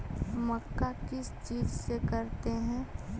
मक्का किस चीज से करते हैं?